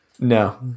No